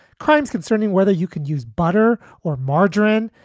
crimes concerning whether you could use butter or margarine.